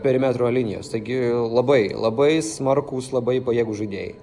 perimetro linijos taigi labai labai smarkūs labai pajėgūs žaidėjai